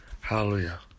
Hallelujah